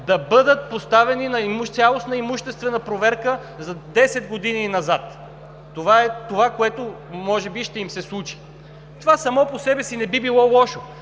да бъдат поставени на цялостна имуществена проверка за десет години назад. Това е, което може би ще им се случи. Това само по себе си не би било лошо.